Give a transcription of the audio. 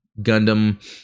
Gundam